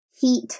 heat